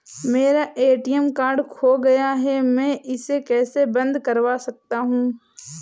मेरा ATM card खो गया है मैं इसे कैसे बंद करवा सकता हूँ?